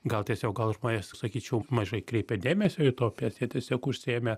gal tiesiog gal žmonės sakyčiau mažai kreipia dėmesio į utopijas jie tiesiog užsiėmę